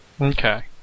Okay